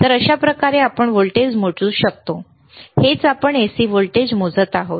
तर अशाप्रकारे आपण व्होल्टेज मोजू शकतो हेच आपण AC व्होल्टेज मोजत आहोत